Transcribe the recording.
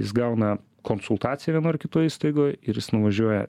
jis gauna konsultaciją vienoj ar kitoj įstaigoj ir jis nuvažiuoja